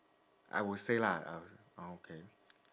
I would say lah uh okay